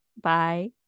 bye